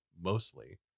mostly